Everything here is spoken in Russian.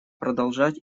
продолжать